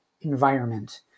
environment